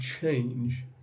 change